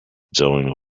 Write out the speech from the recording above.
join